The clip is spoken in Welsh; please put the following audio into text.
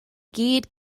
gyd